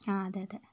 ആ അതെയതെ